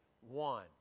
one